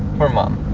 for mom.